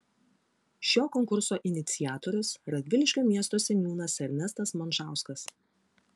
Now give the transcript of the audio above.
šio konkurso iniciatorius radviliškio miesto seniūnas ernestas mončauskas